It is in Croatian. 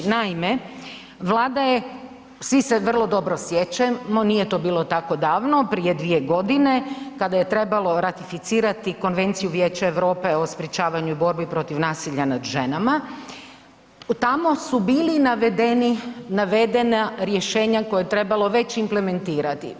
Naime, Vlada je, svi se vrlo dobro sjećamo nije to bilo tako davno prije 2 godine kada je trebalo ratificirati Konvenciju Vijeća Europe o sprječavanju i borbi protiv nasilja nad ženama, tamo su bili navedeni, navedena rješenja koja je trebalo već implementirati.